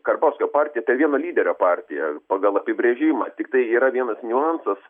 karbauskio partija tai vieno lyderio partija pagal apibrėžimą tiktai yra vienas niuansas